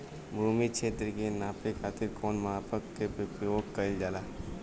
भूमि क्षेत्र के नापे खातिर कौन मानक के उपयोग कइल जाला?